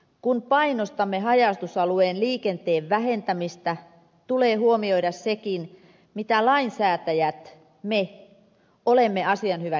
kun painostamme haja asutusalueen liikenteen vähentämistä tulee huomioida sekin mitä lainsäätäjät me olemme asian hyväksi tehneet